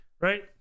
right